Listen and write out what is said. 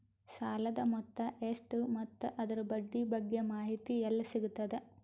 ಸಾಲದ ಮೊತ್ತ ಎಷ್ಟ ಮತ್ತು ಅದರ ಬಡ್ಡಿ ಬಗ್ಗೆ ಮಾಹಿತಿ ಎಲ್ಲ ಸಿಗತದ?